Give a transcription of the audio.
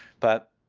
but